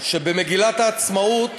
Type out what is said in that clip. שבמגילת העצמאות